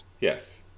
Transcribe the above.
Yes